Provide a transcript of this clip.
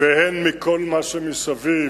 והן מכל מה שמסביב,